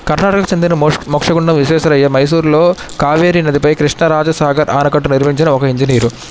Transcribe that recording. కర్ణాటకకు చెందిన మోక్ష మోక్షగుండం విశ్వేశ్వరయ్య మైసూర్లో కావేరి నదిపై కృష్ణరాజ సాగర్ ఆనకట్ట నిర్మించిన ఒక ఇంజనీరు